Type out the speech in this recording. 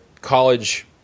college